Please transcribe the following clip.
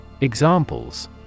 Examples